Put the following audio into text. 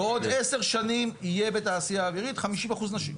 בעוד עשר שנים יהיה בתעשייה האווירית 50 אחוזים נשים.